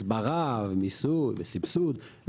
הסברה, סבסוד, מיסוי.